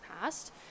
past